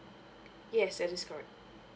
yes that is correct